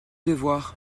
devoirs